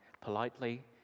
politely